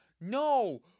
No